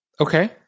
Okay